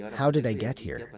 how did i get here? but